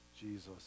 Jesus